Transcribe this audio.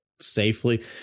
safely